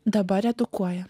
dabar edukuoja